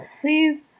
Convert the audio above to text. please